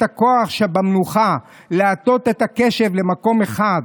הכוח שבמנוחה ולהטות את הקשב למקום אחד.